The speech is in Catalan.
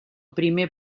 primer